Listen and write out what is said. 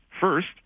first